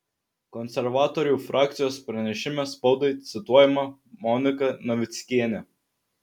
konservatorių frakcijos pranešime spaudai cituojama monika navickienė